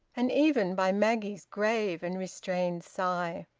and even by maggie's grave and restrained sigh.